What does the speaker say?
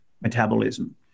metabolism